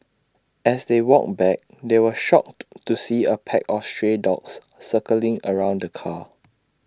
as they walked back they were shocked to see A pack of stray dogs circling around the car